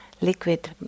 liquid